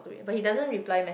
but he doesn't reply me~